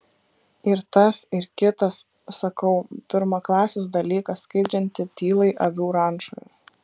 ir tas ir kitas sakau pirmaklasis dalykas skaidrinti tylai avių rančoje